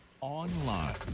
Online